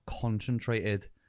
concentrated